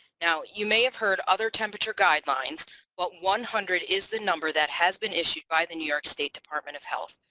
now you may have heard other temperature guidelines but one hundred is the number that has been issued by the new york state department of health.